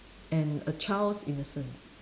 and a child's innocence